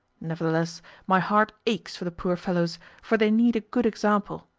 nevertheless my heart aches for the poor fellows, for they need a good example,